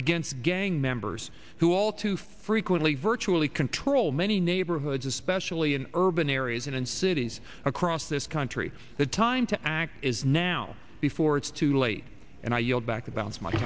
against gang members who all too frequently virtually control many neighborhoods especially in urban areas and in cities across this country the time to act is now before it's too late and i yield back abou